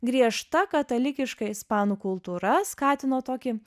griežta katalikiška ispanų kultūra skatino tokį